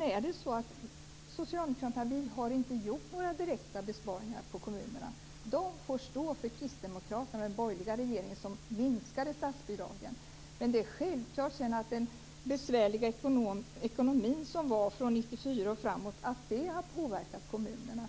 Vi socialdemokrater har inte gjort några direkta besparingar på kommunerna. De får Kristdemokraterna och den borgerliga regeringen stå för som minskade statsbidragen. Men det är självklart att den besvärliga ekonomiska situationen som rådde från 1994 och framåt har påverkat kommunerna,